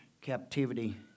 captivity